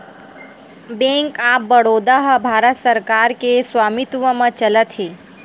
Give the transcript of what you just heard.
bank of Baroda ह भारत सरकार के स्वामित्व म चलत हे